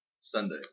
Sunday